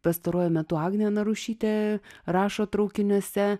pastaruoju metu agnė narušytė rašo traukiniuose